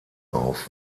auf